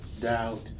doubt